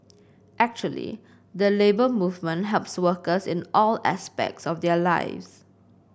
actually the Labour Movement helps workers in all aspects of their lives